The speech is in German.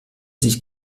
sich